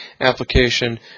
application